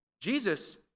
Jesus